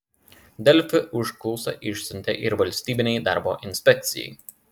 delfi užklausą išsiuntė ir valstybinei darbo inspekcijai